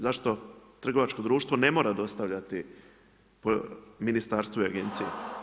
Zašto trgovačko društvo ne mora dostavljati ministarstvu i agenciji?